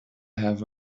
have